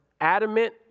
adamant